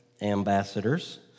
ambassadors